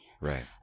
Right